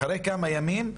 אחרי כמה ימים,